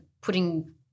putting